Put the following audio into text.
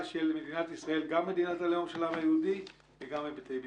של מדינת ישראל גם מדינת הלאום של העם היהודי וגם היבטי ביטחון.